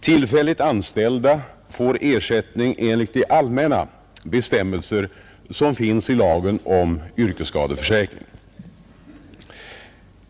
Tillfälligt anställda får ersättning enligt de allmänna bestämmelser som finns i lagen om yrkesskadeförsäkring.